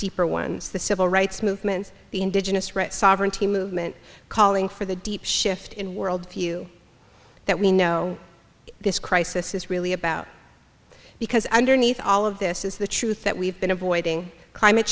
deeper ones the civil rights movement the indigenous rights sovereignty movement calling for the deep shift in worldview that we know this crisis is really about because underneath all of this is the truth that we've been avoiding climate